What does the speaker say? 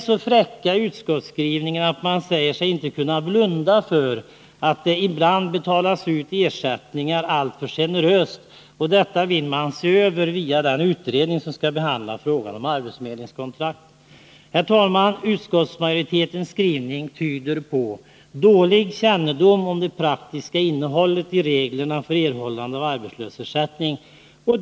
så fräck i sin skrivning att man säger sig inte kunna blunda för att det ibland betalas ut ersättningar alltför generöst. Detta vill man se över via den utredning som skall behandla frågan om arbetsförmedlingskontrakt. Utskottsmajoritetens skrivning tyder på dålig kännedom om det praktiska innehållet i reglerna för erhållande av arbetslöshetsersättning.